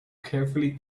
carefully